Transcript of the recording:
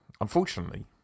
Unfortunately